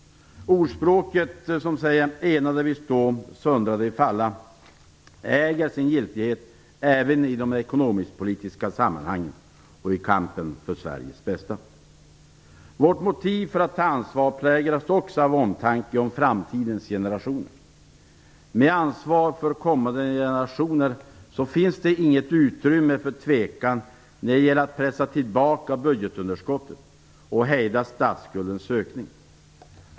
Ordspråket enade vi stå, söndrade vi falla, äger sin giltighet även i de ekonomisk-politiska sammanhangen och i kampen för Vårt motiv för att ta ansvar präglas också av omtanke om framtidens generationer. Med ansvar för kommande generationer finns det inget utrymme för tvekan när det gäller att pressa tillbaka budgetunderskottet och hejda statsskuldens ökning.